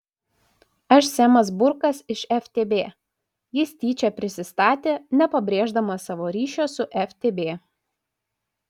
aš semas burkas iš ftb jis tyčia prisistatė nepabrėždamas savo ryšio su ftb